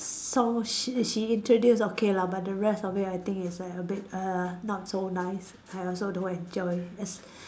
song she she introduce okay lah but the rest of it I think is like a bit uh not so nice I also don't enjoy as